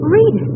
Read